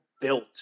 built